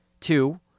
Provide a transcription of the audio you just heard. Two